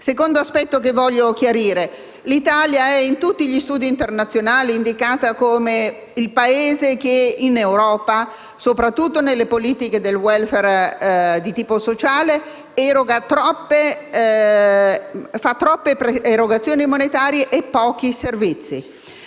secondo aspetto che voglio chiarire è il seguente: in tutti gli studi internazionali l'Italia è indicata come il Paese che, in Europa, soprattutto nelle politiche del *welfare* di tipo sociale, fa troppe erogazioni monetarie e offre pochi servizi.